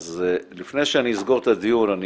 אז לפני שאני אסגור את הדיון אני